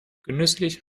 genüsslich